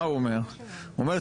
הוא אומר,